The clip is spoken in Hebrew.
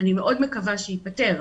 מקווה שייפתר,